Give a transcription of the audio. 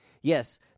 Yes